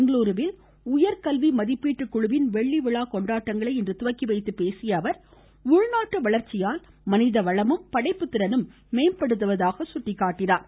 பெங்களூருவில் உயர்கல்வி மதிப்பீட்டுக் குழுவின் வெள்ளி விழா கொண்டாட்டங்களை இன்று துவக்கிவைத்துப் பேசியஅவர் உள்நாட்டு வளர்ச்சியால் மனிதவளமும் படைப்பு திறனும் மேம்படுவதாக சுட்டிக்காட்டினார்